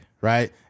right